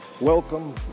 Welcome